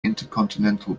intercontinental